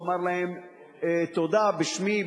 לומר להם תודה בשמי,